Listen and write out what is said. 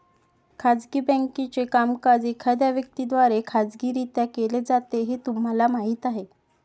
खाजगी बँकेचे कामकाज एखाद्या व्यक्ती द्वारे खाजगीरित्या केले जाते हे तुम्हाला माहीत आहे